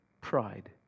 pride